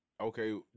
okay